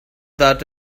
that